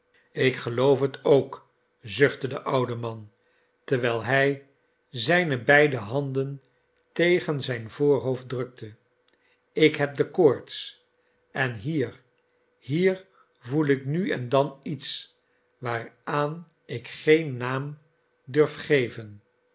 ik geloof het ook zuchtte de oude man terwijl hij zijne beide handen tegen zijn voorhoofd drukte ik heb de koorts en hier hier voel ik nu en dan iets s waaraan ik geen naam durf geven